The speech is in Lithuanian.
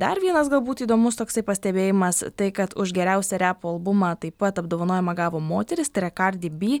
dar vienas galbūt įdomus toksai pastebėjimas tai kad už geriausią repo albumą taip pat apdovanojimą gavo moteris tai yra kardi bi